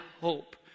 hope